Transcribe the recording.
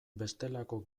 bestelako